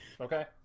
Okay